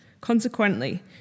Consequently